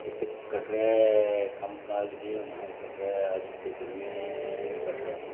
इत्थे कटडे़ कम्मकाज केह् होना हा कटड़े अस ते जम्मे के कटड़ै